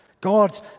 god